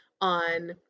on